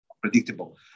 predictable